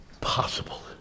possible